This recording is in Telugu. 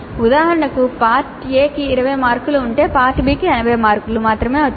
ఉదాహరణకు పార్ట్ ఎకి 20 మార్కులు ఉంటే పార్ట్ బికి 80 మార్కులు మాత్రమే వచ్చాయి